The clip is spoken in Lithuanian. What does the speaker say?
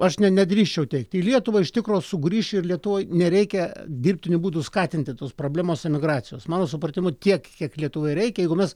aš ne nedrįsčiau teigti į lietuva iš tikro sugrįš ir lietuvoj nereikia dirbtiniu būdu skatinti tos problemos emigracijos mano supratimu tiek kiek lietuvai reikia jeigu mes